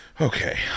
Okay